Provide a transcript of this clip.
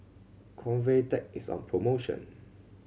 Convatec is on promotion